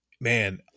Man